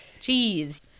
cheese